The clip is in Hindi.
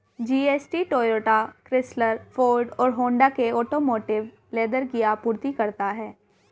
जी.एस.टी टोयोटा, क्रिसलर, फोर्ड और होंडा के ऑटोमोटिव लेदर की आपूर्ति करता है